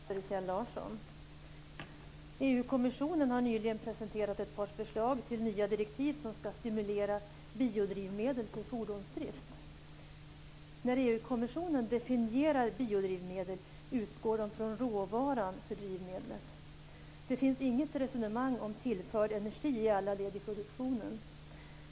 Fru talman! Jag har en fråga till miljöminister EU-kommissionen har nyligen presenterat ett par förslag till nya direktiv som ska stimulera biodrivmedel för fordonsdrift. När EU-kommissionen definierar biodrivmedel utgår man från råvaran för drivmedlet. Det finns inget resonemang om tillförd energi i alla led i produktionen.